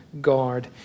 guard